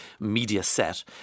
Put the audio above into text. Mediaset